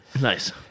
Nice